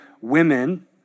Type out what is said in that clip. women